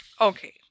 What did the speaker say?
Okay